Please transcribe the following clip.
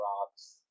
Rocks